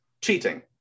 cheating